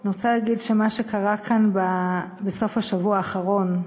אני רוצה להגיד שמה שקרה כאן בסוף השבוע האחרון,